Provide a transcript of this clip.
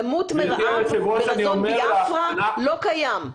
למות מרעב ורזון ביאפרה לא קיים.